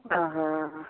अह